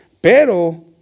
Pero